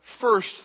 first